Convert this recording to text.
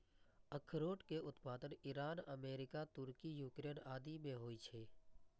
अखरोट के उत्पादन ईरान, अमेरिका, तुर्की, यूक्रेन आदि मे होइ छै